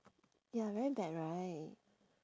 ya very bad right